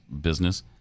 Business